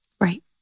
right